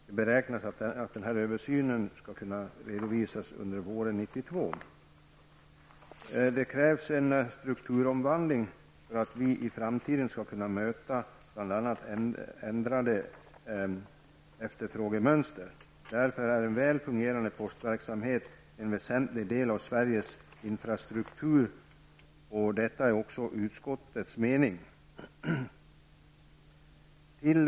Det beräknas att denna översyn skall kunna redovisas under våren 1992. Det krävs en strukturomvandling för att vi i framtiden skall kunna möta bl.a. ändrade efterfrågemönster. Därför är en väl fungerande postverksamhet en väsentlig del av Sveriges infrastruktur, och detta är också utskottets mening. Herr talman!